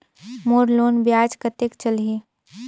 मोर loan ब्याज कतेक चलही?